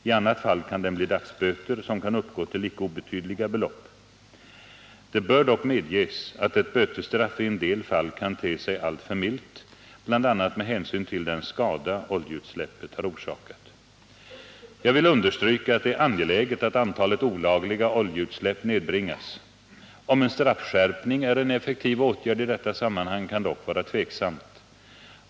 I annat fall kan den bli dagsböter som kan uppgå till icke obetydliga belopp. Det bör dock medges att ett bötesstraff i en del fall kan te sig alltför milt, bl.a. med hänsyn till den skada oljeutsläppet hår orsakat. Jag vill understryka att det är angeläget att antalet olagliga oljeutsläpp nedbringas. Om en straffskärpning är en effektiv åtgärd i detta sammanhang kan dock vara tvivelaktigt.